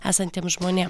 esantiem žmonėm